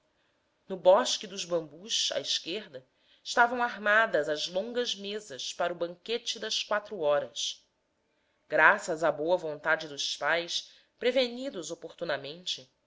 no bosque dos bambus à esquerda estavam armadas as longas mesas para o banquete das quatro horas graças à boa vontade dos pais prevenidos oportunamente